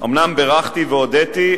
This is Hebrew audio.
אומנם בירכתי והודיתי,